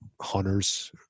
hunters